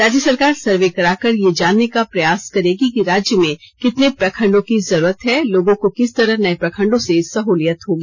राज्य सरकार सर्वे करा कर यह जानने का प्रयास करेगी कि राज्य में कितने प्रखंडों की जरूरत है लोगों को किस तरह नये प्रखंडो से सह्लियत होगी